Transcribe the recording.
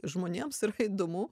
žmonėms yra įdomu